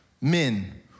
men